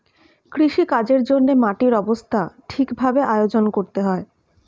কৃষিকাজের জন্যে মাটির অবস্থা ঠিক ভাবে আয়োজন করতে হয়